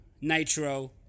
Nitro